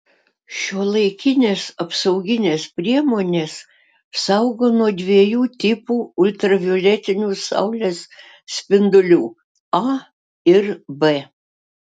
šiuolaikinės apsauginės priemonės saugo nuo dviejų tipų ultravioletinių saulės spindulių a ir b